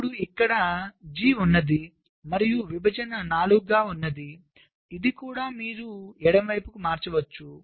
ఇప్పుడు ఇక్కడ G ఉన్నది మరియు విభజన 4 గా ఉంది ఇది కూడా మీరు ఎడమ వైపుకు మార్చవచ్చు